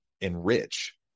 enrich